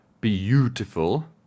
beautiful